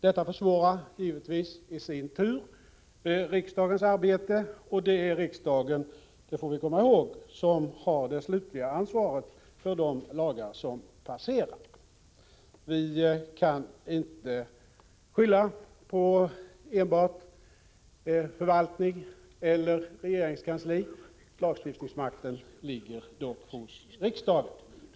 Detta försvårar givetvis i sin tur riksdagens arbete, och det är riksdagen som har det slutliga ansvaret för de lagar som passerar. Vi kan inte skylla på enbart förvaltning eller regeringskansli, lagstiftningsmakten ligger dock hos riksdagen.